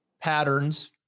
patterns